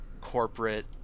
corporate